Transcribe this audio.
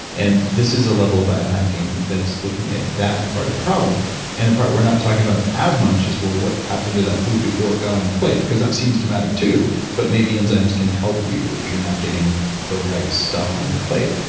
and this is a level of biohacking that's looking at that part of the problem and and we're not talking about asthma, which is, well, what happened to that food before it got on your plate? cause that seems to matter too but maybe enzymes can help you if you're not getting the right stuff on your plate.